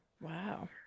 Wow